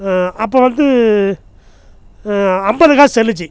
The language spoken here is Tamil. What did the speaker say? அப்போ வந்து ஐம்பது காசு செல்லுச்சி